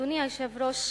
אדוני היושב-ראש,